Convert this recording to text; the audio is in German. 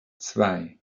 zwei